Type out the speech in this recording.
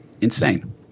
insane